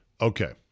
Okay